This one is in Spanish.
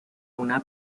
una